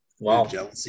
Wow